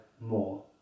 more